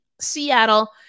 Seattle